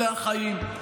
אלה החיים.